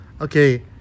Okay